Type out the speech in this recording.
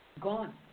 Gone